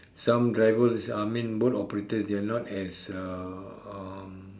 some drivers I mean boat operators they are not as uh